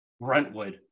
Brentwood